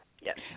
yes